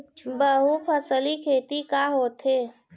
बहुफसली खेती का होथे?